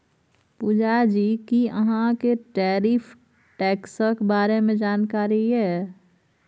पुजा जी कि अहाँ केँ टैरिफ टैक्सक बारे मे जानकारी यै?